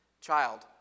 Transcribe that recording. child